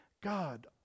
God